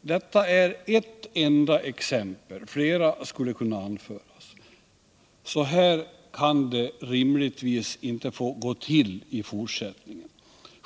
Detta är ett enda exempel. Flera skulle kunna anföras. Så här kan det rimligtvis inte få gå till i fortsättningen.